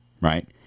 right